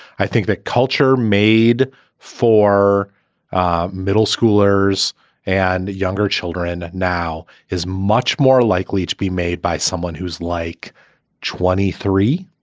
i think that culture made for middle schoolers and younger children now is much more likely to be made by someone who's like twenty three